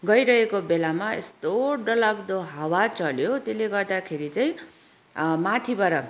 गइरहेको बेलामा यस्तो डरलाग्दो हावा चल्यो त्यसले गर्दाखेरि चाहिँ अँ माथिबाट